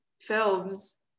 films